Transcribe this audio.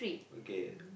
okay